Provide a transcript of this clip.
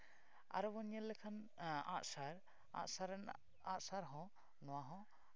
ᱟᱨᱚ ᱵᱚᱱ ᱧᱮᱞ ᱞᱮᱠᱷᱟᱱ ᱟᱸᱜᱼᱥᱟᱨ ᱟᱸᱜᱼᱥᱟᱨ ᱨᱮᱱᱟᱜ ᱟᱸᱜᱼᱥᱟᱨ ᱦᱚᱸ ᱱᱚᱣᱟ ᱦᱚᱸ